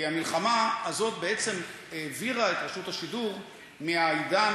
כי המלחמה הזאת העבירה את רשות השידור מהעידן